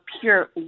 pure